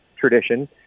tradition